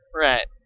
Right